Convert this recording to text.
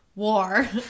war